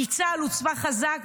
כי צה"ל הוא צבא חזק,